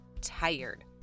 tired